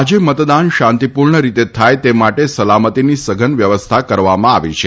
આજે મતદાન શાંતિપૂર્ણ રીતે થાય તે માટે સલામતીની સઘન વ્યવસ્થા કરવામાં આવી છે